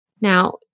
Now